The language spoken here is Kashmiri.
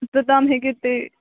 توٚتام ہیٚکِو تُہۍ